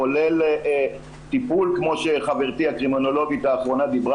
כולל טיפול כמו שחברתי הקרימינולוגית אמרה ואמרה